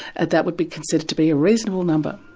and that would be considered to be a reasonable number.